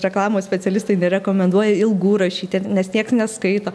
reklamos specialistai nerekomenduoja ilgų rašyti nes nieks neskaito